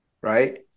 right